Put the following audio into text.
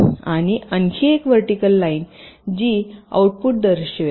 आणि आणखी एक व्हर्टिकल लाईन येईल जी आउटपुट दर्शवेल